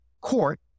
court